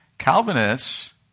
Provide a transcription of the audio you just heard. Calvinists